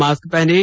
mask पहनें